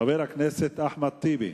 חבר הכנסת אחמד טיבי,